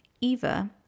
eva